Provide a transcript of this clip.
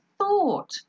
thought